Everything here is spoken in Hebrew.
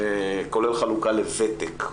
כולל חלוקה לוותק,